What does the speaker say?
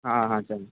હાં હાં ચલો